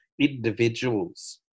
individuals